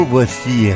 Voici